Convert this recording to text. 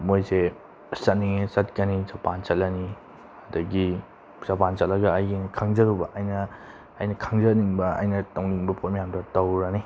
ꯃꯣꯏꯁꯦ ꯆꯠꯅꯤꯡꯉꯦ ꯆꯠꯀꯅꯤ ꯖꯄꯥꯟ ꯆꯠꯂꯅꯤ ꯑꯗꯒꯤ ꯖꯄꯥꯟ ꯆꯠꯂꯒ ꯑꯩꯒꯤ ꯈꯪꯖꯔꯨꯕ ꯑꯩꯅ ꯑꯩꯅ ꯈꯪꯖꯅꯤꯡꯕ ꯑꯩꯅ ꯇꯧꯅꯤꯡꯕ ꯄꯣꯠ ꯃꯌꯥꯝꯗꯣ ꯇꯧꯔꯨꯔꯅꯤ